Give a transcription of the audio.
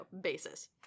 basis